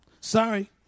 Sorry